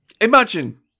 Imagine